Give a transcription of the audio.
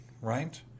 right